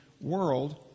world